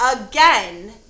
again